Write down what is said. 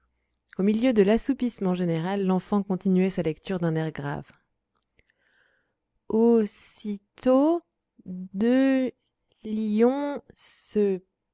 au milieu de l'assoupissement général l'enfant continuait sa lecture d'un air grave